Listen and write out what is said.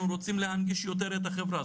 אנחנו רוצים להנגיש יותר את החברה,